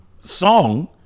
song